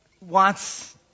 Wants